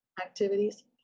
Activities